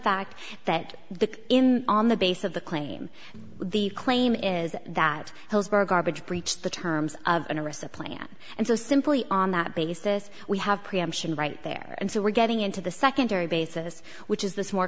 fact that the in on the base of the claim the claim is that hillsborough garbage breached the terms of onerous a plan and so simply on that basis we have preemption right there and so we're getting into the secondary basis which is this more